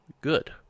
good